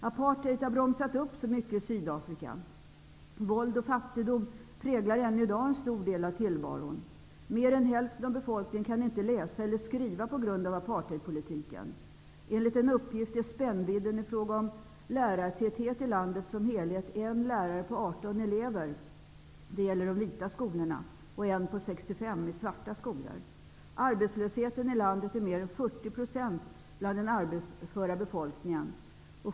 Apartheid har bromsat upp så mycket i Sydafrika. Våld och fattigdom präglar ännu i dag en stor del av tillvaron. Mer än hälften av befolkningen kan inte läsa eller skriva på grund av apartheidpolitiken. Enligt en uppgift är spännvidden i fråga om lärartäthet i landet som helhet en lärare på 18 Arbetslösheten i landet är mer än 40 % bland den arbetsföra befolkningen.